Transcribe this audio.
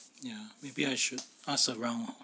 ya maybe I should ask around ah